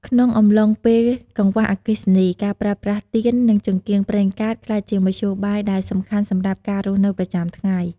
ក្នុងអំឡុងពេលកង្វះអគ្គិសនី ការប្រើប្រាស់ទៀន និងចង្កៀងប្រេងកាតក្លាយជាមធ្យោបាយដែលសំខាន់សម្រាប់ការរស់នៅប្រចាំថ្ងៃ។